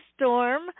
storm